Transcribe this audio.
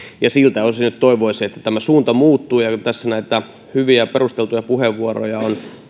siltä osin nyt toivoisin että suunta muuttuu ja ja kun tässä näitä hyviä perusteltuja puheenvuoroja on